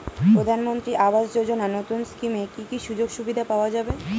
প্রধানমন্ত্রী আবাস যোজনা নতুন স্কিমে কি কি সুযোগ সুবিধা পাওয়া যাবে?